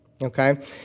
okay